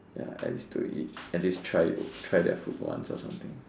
ya and it's to eat at least try try their food once or something